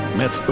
met